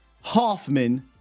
Hoffman